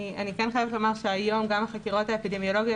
אני חייבת לומר שהיום החקירות האפידמיולוגיות